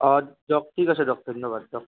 অঁ দিয়ক ঠিক আছে দিয়ক ধন্যবাদ দিয়ক